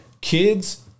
Kids